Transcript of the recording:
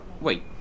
Wait